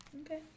Okay